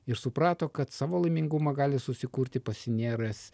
ir suprato kad savo laimingumą gali susikurti pasinėręs